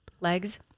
legs